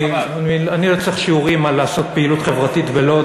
אני לא צריך שיעורים על לעשות פעילות חברתית בלוד.